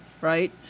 right